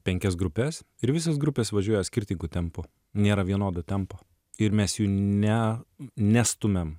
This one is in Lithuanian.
penkias grupes ir visos grupės važiuoja skirtingu tempu nėra vienodo tempo ir mes jų ne nestumiam